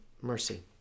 mercy